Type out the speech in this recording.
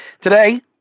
Today